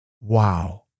Wow